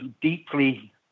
deeply